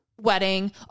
wedding